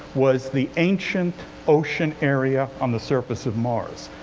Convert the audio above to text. was the ancient ocean area on the surface of mars.